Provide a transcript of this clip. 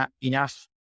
enough